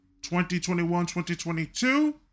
2021-2022